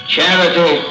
Charity